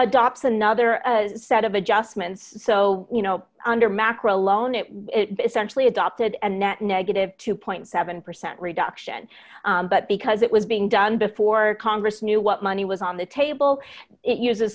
adopt another set of adjustments so you know under macro alone it is actually adopted and net negative two point seven percent reduction but because it was being done before congress knew what money was on the table it uses